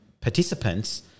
participants